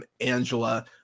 Angela